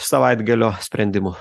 savaitgalio sprendimu